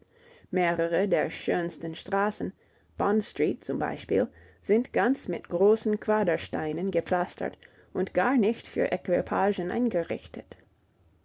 mehrere der schönsten straßen bond street zum beispiel sind ganz mit großen quadersteinen gepflastert und gar nicht für equipagen eingerichtet